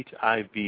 HIV